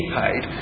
paid